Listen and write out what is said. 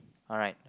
alright